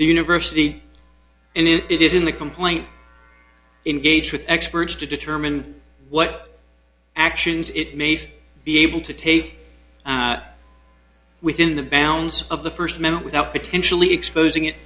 university and it is in the complaint engage with experts to determine what actions it may be able to take within the bounds of the first moment without potentially exposing it